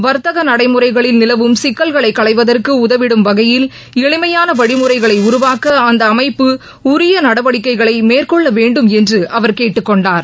வா்த்தக நடைமுறைகளில் நிலவும் சிக்கல்களை களைவதற்கு உதவிடும் வகையில் எளிமையான வழிமுறைகளை உருவாக்க அந்த அமைப்பு உரிய நடவடிக்கைகளை மேற்கொள்ள வேண்டும் என்று அவர் கேட்டுக் கொண்டார்